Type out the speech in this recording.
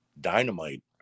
Dynamite